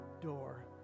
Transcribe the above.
door